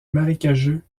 marécageux